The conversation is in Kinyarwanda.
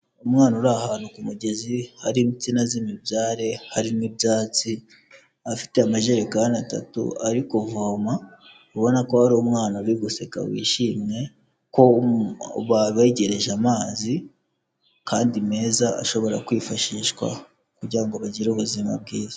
Umwana uri ahantu ku mugezi hari insina z'imibyare hari n'ibyatsi, afite amajerekani atatu ari kuvoma, ubona ko hari umwana uri guseka wishimye ko babegereje amazi kandi meza ashobora kwifashishwa kugira ngo bagire ubuzima bwiza.